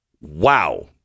Wow